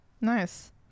Nice